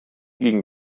gegen